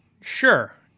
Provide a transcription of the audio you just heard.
sure